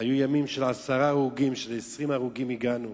היו ימים של עשרה הרוגים, של 20 הרוגים, הגענו